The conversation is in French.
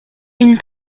une